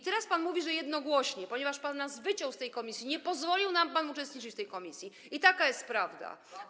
Teraz pan mówi, że jednogłośnie, ponieważ pan nas wyciął z tej komisji, nie pozwolił nam pan uczestniczyć w tej komisji, taka jest prawda.